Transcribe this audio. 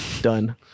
Done